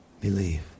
believe